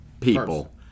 people